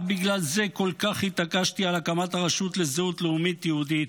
רק בגלל זה כל כך התעקשתי על הקמת הרשות לזהות לאומית יהודית.